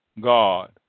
God